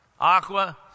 Aqua